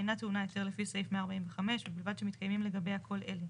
אינה טעונה היתר לפי סעיף 145 ובלבד שמתקיימים לגביה כל אלה.